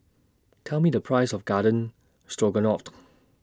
Tell Me The Price of Garden Stroganoff